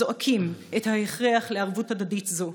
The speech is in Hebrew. זועקים את ההכרח לערבות הדדית זו.